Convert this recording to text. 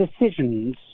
decisions